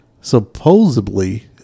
supposedly